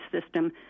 system